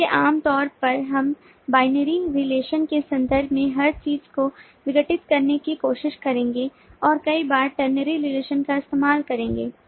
इसलिए आम तौर पर हम बाइनरी रिलेशन के संदर्भ में हर चीज को विघटित करने की कोशिश करेंगे और कई बार ternary रिलेशन का इस्तेमाल करेंगे